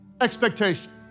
expectation